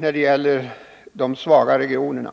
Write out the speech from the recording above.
när det gäller de svaga regionerna.